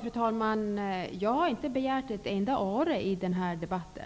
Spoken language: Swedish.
Fru talman! Jag har inte begärt ett enda öre i denna debatt.